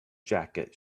jacket